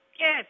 Yes